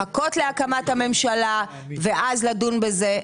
לחכות להקמת הממשלה ואז לדון בזה מחדש.